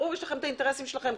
ברור שיש לכם את האינטרסים שלכם,